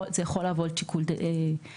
זה יכול להוות שיקול רלוונטי.